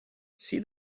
see